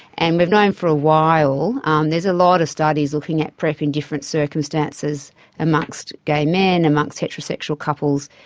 and we've known for a while, um there's a lot of studies looking at prep in different circumstances amongst gay men, amongst amongst heterosexual couples,